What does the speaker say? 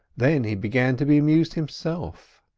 then he began to be amused himself,